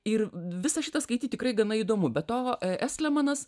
ir visą šitą skaityt tikrai gana įdomu be to eslemanas